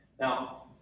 Now